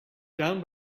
down